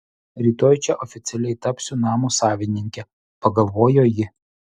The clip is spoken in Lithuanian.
rytoj čia oficialiai tapsiu namo savininke pagalvojo ji